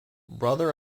brother